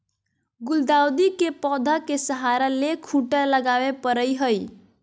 गुलदाऊदी के पौधा के सहारा ले खूंटा लगावे परई हई